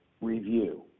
review